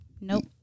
nope